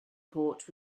port